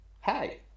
Hi